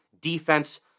defense